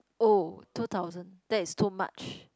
oh two thousand that is too much